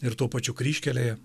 ir tuo pačiu kryžkelėje